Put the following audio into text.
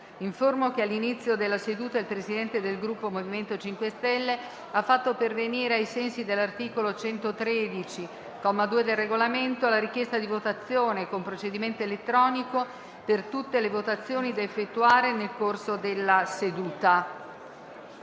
che all'inizio della seduta il Presidente del Gruppo MoVimento 5 Stelle ha fatto pervenire, ai sensi dell'articolo 113, comma 2, del Regolamento, la richiesta di votazione con procedimento elettronico per tutte le votazioni da effettuare nel corso della seduta.